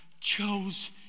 chose